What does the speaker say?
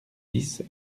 dix